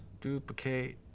Duplicate